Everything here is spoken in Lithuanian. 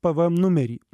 pvm numerį